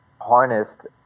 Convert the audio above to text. harnessed